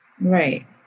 Right